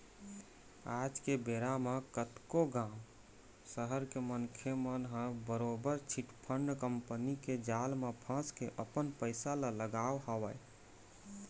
आज के बेरा म कतको गाँव, सहर के मनखे मन ह बरोबर चिटफंड कंपनी के जाल म फंस के अपन पइसा ल गवाए हवय